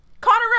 Connor